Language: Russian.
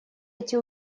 эти